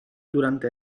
durante